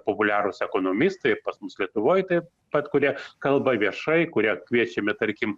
populiarūs ekonomistai ir pas mus lietuvoj taip pat kurie kalba viešai kuria kviečiami tarkim